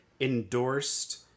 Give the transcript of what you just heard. endorsed